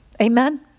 amen